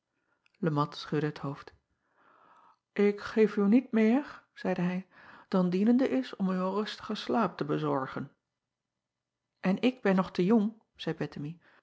e at schudde het hoofd ik geef u niet meer zeide hij dan dienende is om u een rustigen slaap te bezorgen n ik ben nog te jong